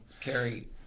Carrie